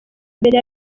mbere